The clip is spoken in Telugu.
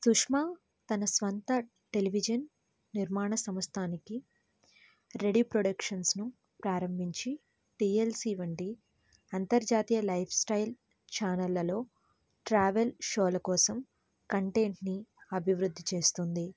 సుష్మ తన స్వంత టెలివిజన్ నిర్మాణ సంస్థకు రెడీ ప్రొడక్షన్స్ను ప్రారంభించి టిఎల్సి అంతర్జాతీయ లైఫ్స్టైల్ ఛానెల్లలో ట్రావెల్ షోల కోసం కంటెంట్ని అభివృద్ధి చేస్తుంది